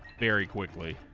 very quickly